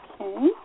Okay